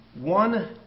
one